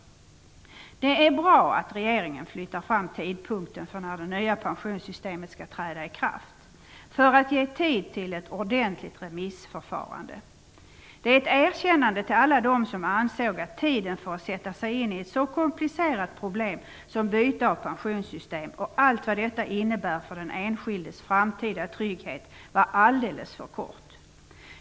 Det är bra att regeringen flyttar fram tidpunkten för när det nya pensionssystemet skall träda i kraft - för att ge tid till ett ordentligt remissförfarande. Det är ett erkännande till alla dem som ansåg att tiden för att sätta sig in i ett så komplicerat problem som byte av pensionssystem, och allt vad detta innebär för den enskildes framtida trygghet, var alldeles för kort.